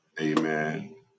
Amen